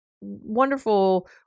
wonderful